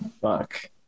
fuck